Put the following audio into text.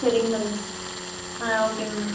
சரிங்க மேடம் ஆ ஓகேங்க மேடம்